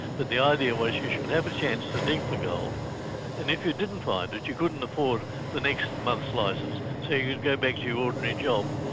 but the idea was you should have a chance to dig for gold, and if you didn't find it, you couldn't afford the next month's licence, so you'd go back to your ordinary job.